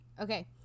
okay